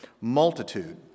multitude